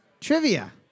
trivia